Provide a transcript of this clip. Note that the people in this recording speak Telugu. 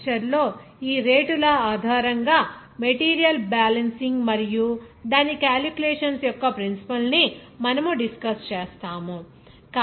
తరువాతి లెక్చర్ లో ఈ రేటు లా ఆధారంగా మెటీరియల్ బ్యాలెన్సింగ్ మరియు దాని క్యాలిక్యులేషన్స్ యొక్క ప్రిన్సిపుల్స్ ని మనము డిస్కస్ చేస్తాము